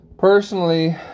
Personally